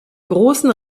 großen